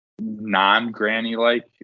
non-Granny-like